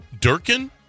Durkin